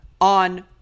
on